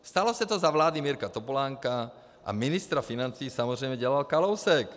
Stalo se to za vlády Mirka Topolánka a ministra financí samozřejmě dělal Kalousek.